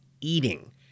eating